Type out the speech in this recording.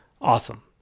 Awesome